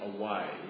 away